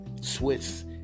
Swiss